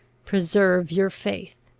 preserve your faith!